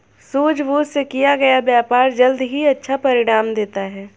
सूझबूझ से किया गया व्यापार जल्द ही अच्छा परिणाम देता है